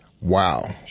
Wow